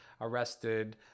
arrested